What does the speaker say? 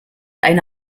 eine